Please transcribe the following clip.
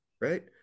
right